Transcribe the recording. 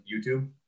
youtube